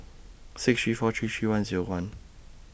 six three four three three one Zero one